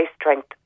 strength